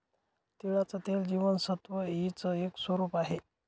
तिळाचं तेल जीवनसत्व ई च एक स्वरूप आहे